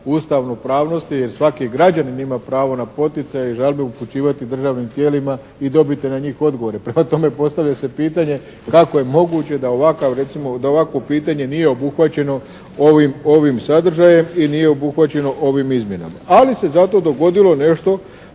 ustavnopravnosti jer svaki građanin ima pravo na poticaj i žalbe upućivati državnim tijelima i dobiti na njih odgovore. Prema tome postavlja se pitanje kako je moguće da ovakav, recimo da ovakvo pitanje nije obuhvaćeno ovim sadržajem i nije obuhvaćeno ovim izmjenama. Ali se zato dogodilo nešto